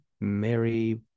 Mary